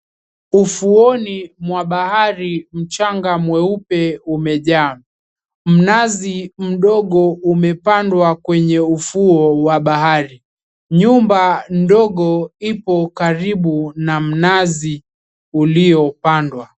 Ufuoni mwa bahari mchanga mweupe umejaa. Mnazi mdogo umepandwa kwenye ufuo wa bahari. Nyumba ndogo ipo karibu na mnazi uliopandwa.